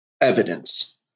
Evidence